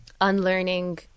Unlearning